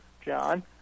John